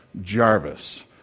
Jarvis